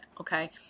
okay